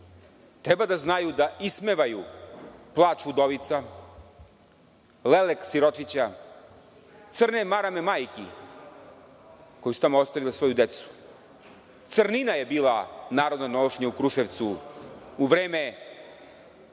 treba da znaju da ismevaju plač udovica, lelek siročića, crne marame majki koje su tamo ostavile svoju decu. Crnina je bila narodna nošnja u Kruševcu u vreme